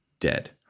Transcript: dead